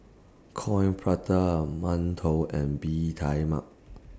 Coin Prata mantou and Bee Kai Mak